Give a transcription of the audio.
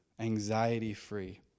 anxiety-free